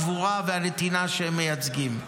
הגבורה והנתינה שהם מייצגים.